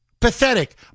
Pathetic